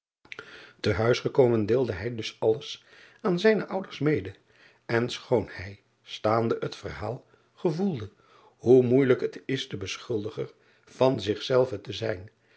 e huis gekomen deelde hij dus alles aan zijne ouders mede en schoon hij staande het verhaal gevoelde hoe moeijelijk het is de beschuldiger van zich zelven te zijn